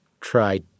try